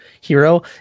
hero